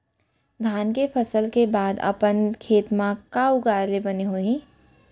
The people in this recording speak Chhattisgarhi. धान के फसल के बाद अपन खेत मा का उगाए ले बने होही?